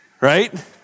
right